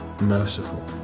merciful